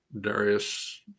Darius